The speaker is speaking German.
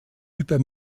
über